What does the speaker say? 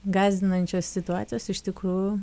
gąsdinančios situacijos iš tikrųjų